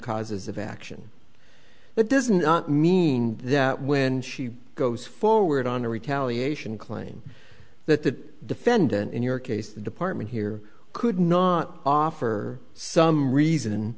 causes of action that does not mean that when she goes forward on a retaliation claim that the defendant in your case the department here could not offer some reason